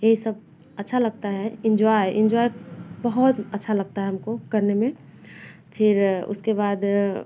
ये सब अच्छा लगता है इन्जॉय इन्जॉय बहुत अच्छा लगता है हमको करने में फिर उसके बाद